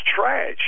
trash